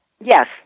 Yes